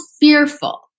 fearful